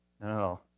No